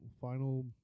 final